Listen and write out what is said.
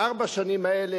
בארבע השנים האלה,